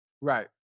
Right